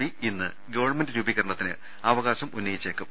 P ഇന്ന് government രൂപീകരണത്തിന് അവകാശം ഉന്ന യിച്ചേക്കും